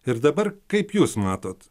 ir dabar kaip jūs matot